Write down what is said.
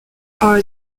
are